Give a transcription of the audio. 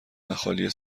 مخالی